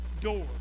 door